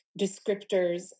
descriptors